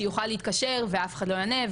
שהיא יכולה להתקשר ואף אחד לא יענה,